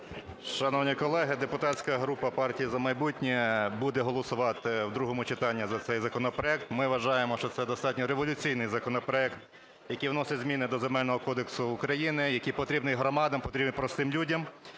Шановні колеги! Депутатська група партії "За майбутнє" буде голосувати в другому читанні за цей законопроект. Ми вважаємо, що це достатньо революційний законопроект, який вносить зміни до Земельного кодексу України, який потрібний громадам, потрібний простим людям.